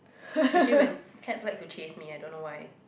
especially when cats like to chase me I don't know why